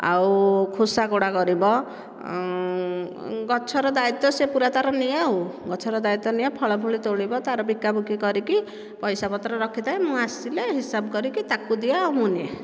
ଆଉ ଖୋସା କୋଡ଼ା କରିବ ଗଛର ଦାୟିତ୍ଵ ସେ ପୂରା ତା'ର ନିଏ ଆଉ ଗଛର ଦାୟିତ୍ଵ ନିଏ ଫଳ ଫଳି ତୋଳିବ ତା'ର ବିକା ବିକି କରିକି ପଇସା ପତ୍ର ରଖିଥାଏ ମୁଁ ଆସିଲେ ହିସାବ କରି ତାକୁ ଦିଏ ଆଉ ମୁଁ ନିଏ